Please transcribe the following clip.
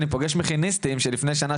אני פוגש מכיניסטים שלפני שנה,